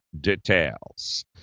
Details